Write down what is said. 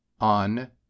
on